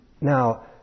Now